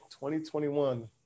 2021